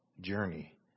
journey